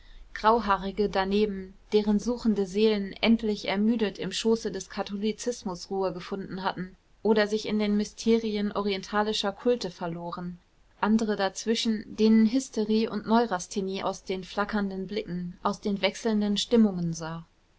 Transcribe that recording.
grauhaarige daneben deren suchende seelen endlich ermüdet im schoße des katholizismus ruhe gefunden hatten oder sich in den mysterien orientalischer kulte verloren andere dazwischen denen hysterie und neurasthenie aus den flackernden blicken aus den wechselnden stimmungen sah